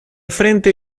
frente